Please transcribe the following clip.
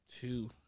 Two